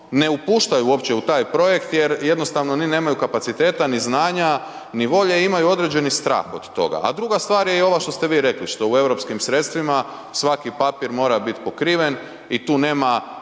ne upuštaju uopće u taj projekt jer jednostavno ni nemaju kapaciteta, ni znanja, ni volje, imaju određeni strah od toga, a druga stvar je i ova što ste vi rekli što u europskim sredstvima svaki papir mora biti pokriven i tu nema